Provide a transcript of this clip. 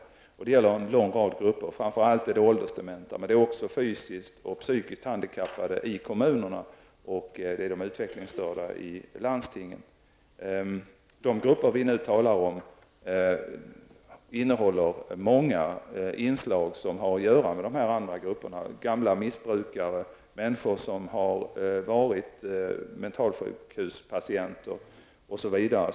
Dessa är avsedda för många grupper, framför allt de åldersdementa men också de fysiskt och psykiskt handikappade i kommunerna och de utvecklingsstörda i landstingen. De grupper vi nu talar om har nära anknytning till de andra grupperna, dvs gamla missbrukare, människor som var patienter på mentalsjukhus osv.